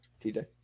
TJ